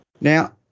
Now